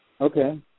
Okay